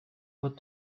what